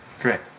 Great